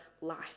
life